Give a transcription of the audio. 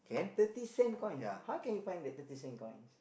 thirty cent coins how can you find that thirty cent coins